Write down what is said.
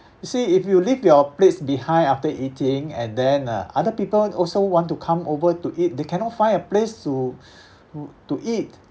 you see if you leave your plates behind after eating and then uh other people also want to come over to eat they cannot find a place to to eat